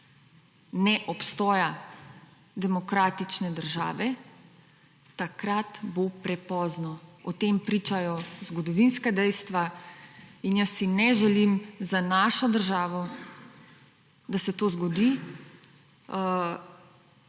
neobstoja demokratične države, takrat bo prepozno. O tem pričajo zgodovinska dejstva. In jaz si ne želim za našo državo, da se to zgodi.